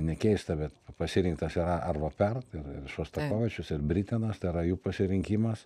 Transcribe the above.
nekeista bet pasirinktas yra arvo pert ir ir šostakovičius ir britenas tai yra jų pasirinkimas